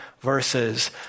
verses